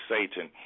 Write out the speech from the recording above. Satan